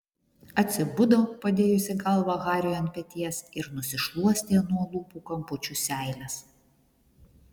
atsibudo padėjusi galvą hariui ant peties ir nusišluostė nuo lūpų kampučių seiles